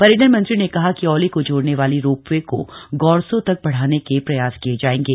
पर्यटन मंत्री ने कहा कि औली को जोड़ने वाली रोपवे को गौरसो तक बढ़ाने के प्रयास किये जाएंगे